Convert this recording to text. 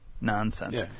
nonsense